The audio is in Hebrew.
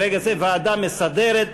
ברגע זה הוועדה המסדרת,